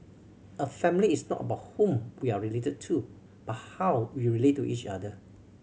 a family is not about whom we are related to but how we relate to each other